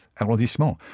arrondissement